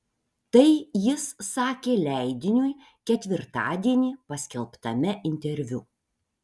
tai jis sakė leidiniui ketvirtadienį paskelbtame interviu